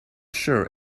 sure